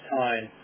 time